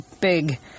big